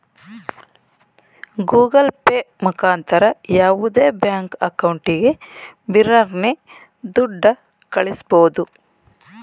Google Pay ಮುಖಾಂತರ ಯಾವುದೇ bank ಅಕೌಂಟಿಗೆ ಬಿರರ್ನೆ ದುಡ್ಡ ಕಳ್ಳಿಸ್ಬೋದು